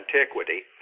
antiquity